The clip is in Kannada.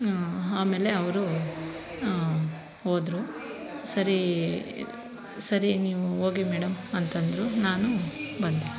ಆಮೇಲೆ ಅವರು ಹೋದರು ಸರಿ ಸರಿ ನೀವು ಹೋಗಿ ಮೇಡಮ್ ಅಂತ ಅಂದರು ನಾನು ಬಂದೆ